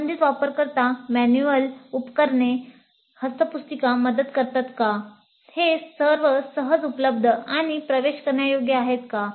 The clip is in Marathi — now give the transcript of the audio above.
संबंधित वापरकर्ता मॅन्युअल उपकरणे हस्तपुस्तिका मदत करतात का ते सर्व सहज उपलब्ध आणि प्रवेश करण्यायोग्य आहेत का